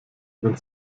wenn